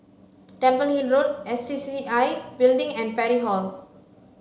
Temple Hill Road S C C C I Building and Parry Hall